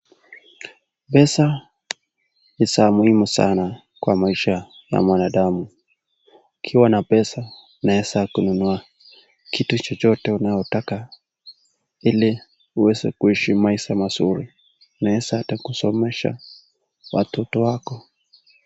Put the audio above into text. Pesa ni za muhimu sana kwa maisha ya mwanadamu. Ukiwa na pesa unaeza kununua kitu chochote unaotaka ili uweze kuishi maisha mazuri, unaeza ata kusomesha watoto wako.